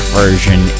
version